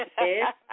Yes